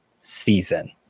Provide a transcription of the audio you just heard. season